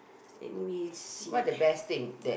anyway let's see